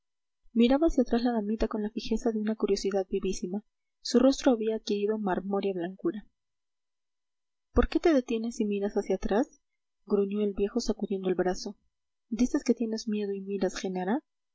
miraba hacia atrás la damita con la fijeza de una curiosidad vivísima su rostro había adquirido marmórea blancura por qué te detienes y miras hacia atrás gruñó el viejo sacudiendo el brazo dices que tienes miedo y miras genara